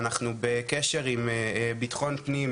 אנחנו בקשר עם בטחון פנים,